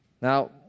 Now